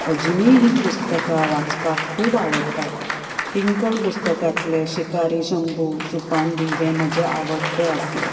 अजूनय ही पुस्तकां वाचपाक खूब आवडटात टिंकल पुस्तकांतले शिकारी शंबू सुपांडी हे म्हजें आवडटे आसले